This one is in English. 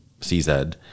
CZ